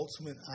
ultimate